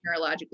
neurologically